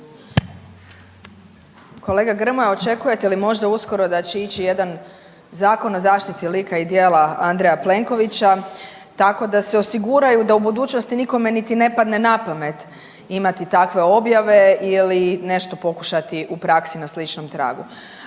Kolega Grmoja očekujete li možda uskoro da će ići jedan zakon o zaštiti lika i djela Andreja Plenkovića tako da se osiguraju da u budućnosti nikome niti ne padne napamet imati takve objave ili nešto pokušati u praksi na sličnom tragu.